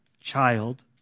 child